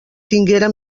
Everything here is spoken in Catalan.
tinguera